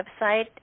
website